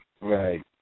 Right